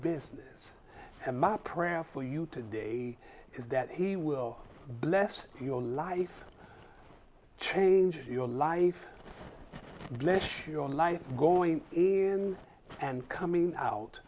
business and my prayer for you today is that he will bless your life change your life bless your life going in and coming out